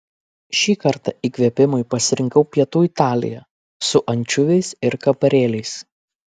šį kartą įkvėpimui pasirinkau pietų italiją su ančiuviais ir kaparėliais